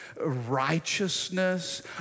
righteousness